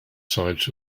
sides